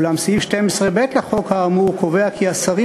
אולם סעיף 12(ב) לחוק האמור קובע כי השרים